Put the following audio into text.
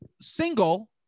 Single